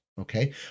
okay